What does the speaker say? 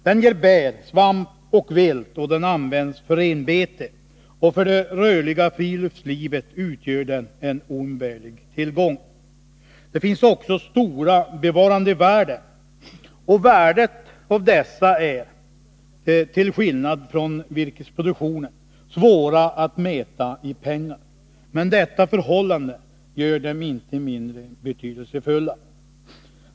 Den ger bär, svamp och vilt och den används för renbete, och för det rörliga friluftslivet utgör den en oumbärlig tillgång. Det finns också stora bevarandevärden, och dessa är — till skillnad från virkesproduktionen — svåra att mäta i pengar, men detta förhållande gör dem inte mindre betydelsefulla.